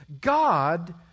God